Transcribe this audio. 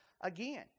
again